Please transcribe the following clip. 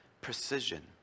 precision